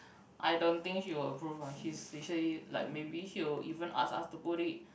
I don't think she will approve ah she she surely like maybe she will even ask us to put it